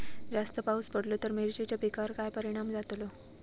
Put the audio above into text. जास्त पाऊस पडलो तर मिरचीच्या पिकार काय परणाम जतालो?